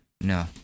no